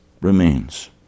remains